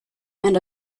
and